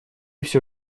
всё